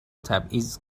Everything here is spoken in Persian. تبعیض